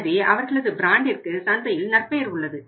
எனவே அவர்களது பிராண்டிற்கு சந்தையில் நற்பெயர் உள்ளது